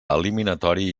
eliminatori